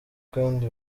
kandi